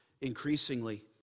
Increasingly